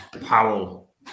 Powell